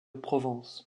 provence